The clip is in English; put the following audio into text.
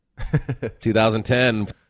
2010